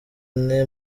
nte